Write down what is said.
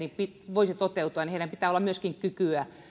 voisivat toteutua niin heillä pitää olla myöskin kykyä